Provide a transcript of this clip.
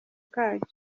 kacyo